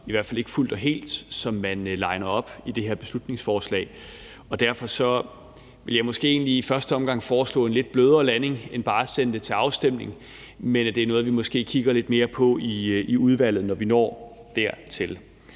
i hvert fald ikke fuldt og helt, som man liner op i det her beslutningsforslag, og derfor vil jeg måske egentlig i første omgang foreslå en lidt blødere landing end bare at sende det til afstemning. Men det er noget, vi måske kigger lidt mere på i udvalget, når vi når dertil.